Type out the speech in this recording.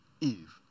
Eve